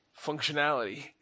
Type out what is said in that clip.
functionality